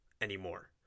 anymore